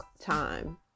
time